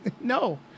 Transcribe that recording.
no